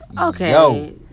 Okay